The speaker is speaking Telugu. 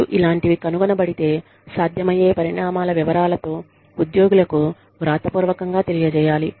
మరియు ఇలాంటివి కనుగొనబడితే సాధ్యమయ్యే పరిణామాల వివరాలతో ఉద్యోగులకు వ్రాతపూర్వకంగా తెలియజేయాలి